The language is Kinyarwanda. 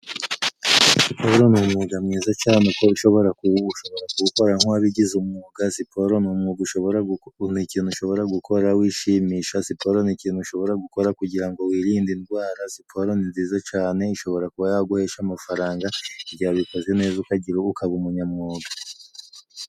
Siporo ni umwuga mwiza cyane ukora ushobora kuwukora nk'uwabigize umwuga. Siporo ni umwuga ushobora ni ikintu ushobora gukora wishimisha Siporo ni ikintu ushobora gukora kugira ngo wirinde indwara Siporo ni nziza cyane ishobora kuba yaguhesha amafaranga igihe ubikoze neza ukagira ukaba umunyamwuga.